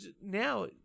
now